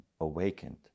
awakened